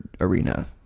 arena